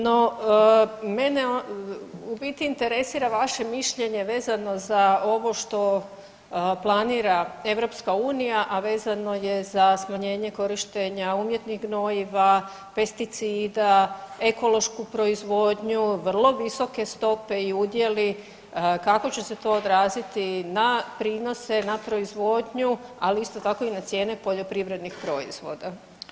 No mene u biti interesira vaše mišljenje vezano za ovo što planira EU, a vezano je za smanjenje korištenja umjetnih gnojiva, pesticida, ekološku proizvodnju, vrlo visoke stope i udjeli kako će se to odraziti na prinose, na proizvodnju, ali isto tako i na cijene poljoprivrednih proizvoda?